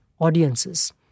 audiences